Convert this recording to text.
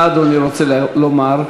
מה אדוני רוצה לומר?